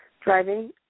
Driving